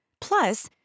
Plus